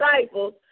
disciples